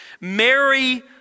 Mary